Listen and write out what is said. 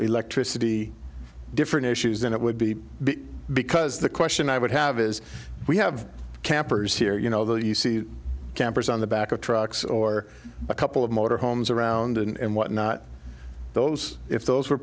electricity different issues then it would be because the question i would have is we have campers here you know that you see campers on the back of trucks or a couple of motor homes around and what not those if those were